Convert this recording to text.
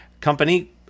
company